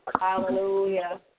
Hallelujah